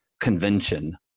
convention